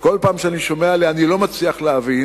וכל פעם שאני שומע עליה אני לא מצליח להבין